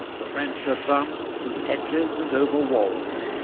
the french advanced through hedges and over walls,